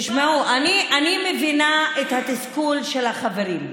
תשמעו, אני מבינה את התסכול של החברים.